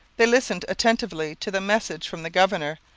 they listened attentively to the message from the governor,